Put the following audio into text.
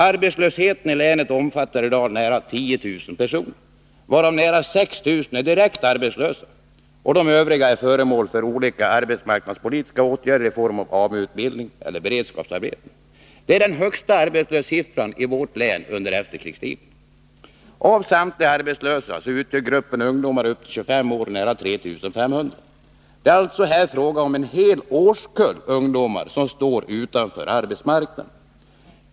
Arbetslösheten i länet omfattar i dag nära 10 000 personer, varav nära 6 000 är direkt arbetslösa och de övriga är föremål för olika arbetsmarknadspolitiska åtgärder i form av AMU-utbildning och beredskapsarbeten. Det är den högsta arbetslöshetssiffran i länet under efterkrigstiden. Av samtliga arbetslösa utgör gruppen ungdomar upp till 25 år nära 3 500. Det är alltså här fråga om en hel årskull ungdomar som står utanför arbetsmarknaden.